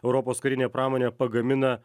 europos karinė pramonė pagamina